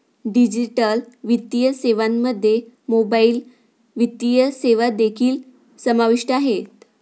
digital वित्तीय सेवांमध्ये mobile वित्तीय सेवा देखील समाविष्ट आहेत